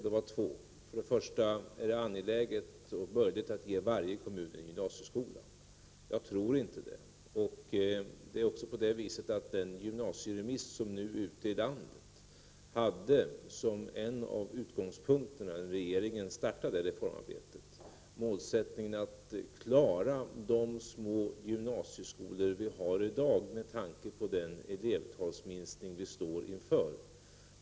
Den första frågan var: Är det angeläget och möjligt att ge varje kommun en gymnasieskola? Jag tror inte det. Det är också så att den gymnasieremiss som nu är ute i landet hade som en av utgångspunkterna när regeringen startade reformarbetet målsättningen att klara de små gymnasieskolor som vi har i dag, med tanke på den elevtalsminskning som vi står inför.